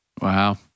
Wow